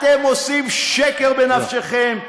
אתם עושים שקר בנפשכם.